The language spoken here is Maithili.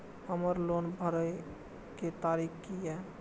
हमर लोन भरय के तारीख की ये?